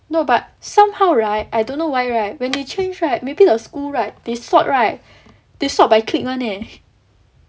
no but somehow right I don't know why right when they change right maybe the school right they sort right they sort by clique [one] leh